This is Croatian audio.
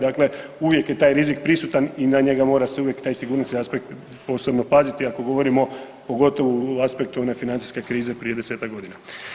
Dakle, uvijek je taj rizik prisutan i na njega mora se uvijek taj sigurnosni aspekt posebno paziti ako govorimo pogotovo u aspektu one financijske krize prije 10-tak godina.